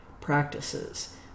practices